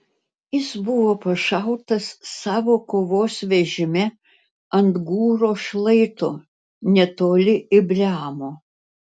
jis buvo pašautas savo kovos vežime ant gūro šlaito netoli ibleamo